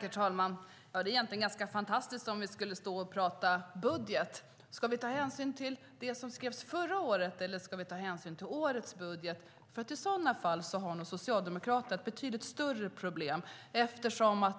Herr talman! Det vore ganska fantastiskt om vi skulle stå och prata budget. Ska vi ta hänsyn till det som skrevs förra året, eller ska vi ta hänsyn till årets budget? I sådana fall har nog Socialdemokraterna ett betydligt större problem: